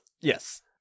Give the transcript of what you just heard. Yes